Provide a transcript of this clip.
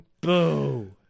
Boo